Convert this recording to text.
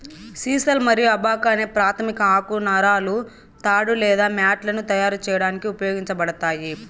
sisal మరియు abaca అనే ప్రాధమిక ఆకు నారలు తాడు లేదా మ్యాట్లను తయారు చేయడానికి ఉపయోగించబడతాయి